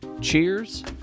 Cheers